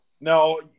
No